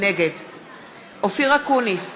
נגד אופיר אקוניס,